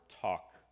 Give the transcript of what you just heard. talk